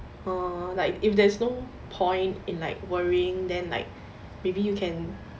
err like if there's no point in like worrying then like maybe you can